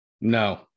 No